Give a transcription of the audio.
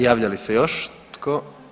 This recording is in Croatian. Javlja li se još tko?